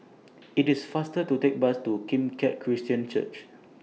IT IS faster to Take Bus to Kim Keat Christian Church